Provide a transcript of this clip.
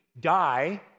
die